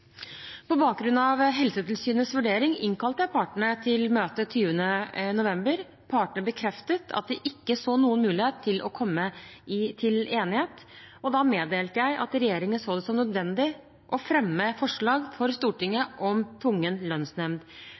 På bakgrunn av Helsetilsynets vurdering innkalte jeg partene til møte 20. november. Partene bekreftet at de ikke så noen mulighet for å komme til enighet. Da meddelte jeg at regjeringen så det som nødvendig å fremme forslag for Stortinget om tvungen lønnsnemnd.